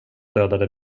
dödade